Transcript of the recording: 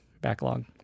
backlog